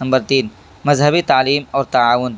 number تین مذہبی تعلیم اور تعاون